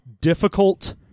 difficult